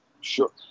Sure